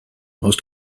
most